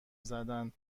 زدن